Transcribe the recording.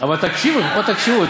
אבל תקשיבו, לפחות תקשיבו.